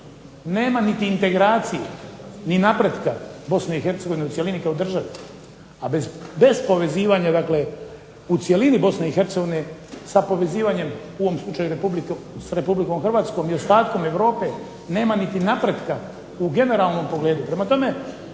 nema niti integracije, ni napretka Bosne i Hercegovine u cjelini kao države, a bez povezivanja dakle u cjelini Bosne i Hercegovine sa povezivanjem u ovom slučaju sa Republikom Hrvatskom i ostatkom Europe nema niti napretka u generalnom pogledu. Prema tome